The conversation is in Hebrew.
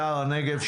שער הנגב,